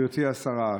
גברתי השרה,